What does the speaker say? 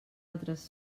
altres